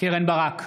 קרן ברק,